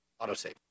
autosave